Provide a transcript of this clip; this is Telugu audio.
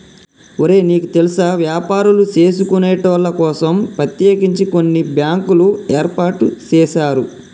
ఒరే నీకు తెల్సా వ్యాపారులు సేసుకొనేటోళ్ల కోసం ప్రత్యేకించి కొన్ని బ్యాంకులు ఏర్పాటు సేసారు